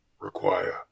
require